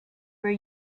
were